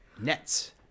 nets